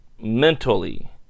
mentally